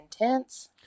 intense